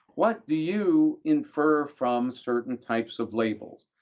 what do you infer from certain types of labels?